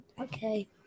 Okay